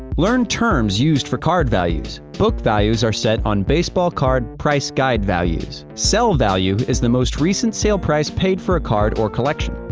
um learn terms used for card values. book values are set on baseball card price guide values. sell value is the most recent sale price paid for a card or collection.